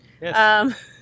Yes